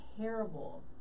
terrible